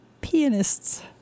pianists